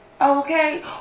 Okay